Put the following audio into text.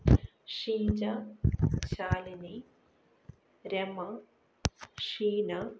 Sheeja Shalini Rama Sheena